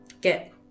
get